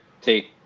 take